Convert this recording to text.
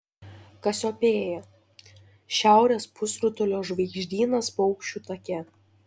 kasiopėja šiaurės pusrutulio žvaigždynas paukščių take